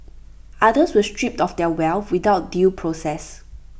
others were stripped of their wealth without due process